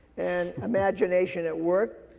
and imagination at work,